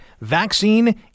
vaccine